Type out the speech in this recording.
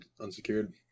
unsecured